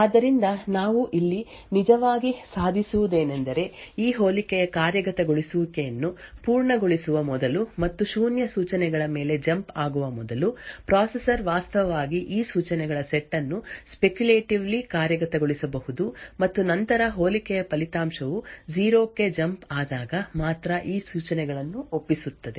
ಆದ್ದರಿಂದ ನಾವು ಇಲ್ಲಿ ನಿಜವಾಗಿ ಸಾಧಿಸುವುದೇನೆಂದರೆ ಈ ಹೋಲಿಕೆಯ ಕಾರ್ಯಗತಗೊಳಿಸುವಿಕೆಯನ್ನು ಪೂರ್ಣಗೊಳಿಸುವ ಮೊದಲು ಮತ್ತು ಶೂನ್ಯ ಸೂಚನೆಗಳ ಮೇಲೆ ಜಂಪ್ ಆಗುವ ಮೊದಲು ಪ್ರೊಸೆಸರ್ ವಾಸ್ತವವಾಗಿ ಈ ಸೂಚನೆಗಳ ಸೆಟ್ ಅನ್ನು ಸ್ಪೆಕ್ಯುಲೇಟೀವ್ಲಿ ಕಾರ್ಯಗತಗೊಳಿಸಬಹುದು ಮತ್ತು ನಂತರ ಹೋಲಿಕೆಯ ಫಲಿತಾಂಶವು 0 ಕ್ಕೆ ಜಂಪ್ ಆದಾಗ ಮಾತ್ರ ಈ ಸೂಚನೆಗಳನ್ನು ಒಪ್ಪಿಸುತ್ತದೆ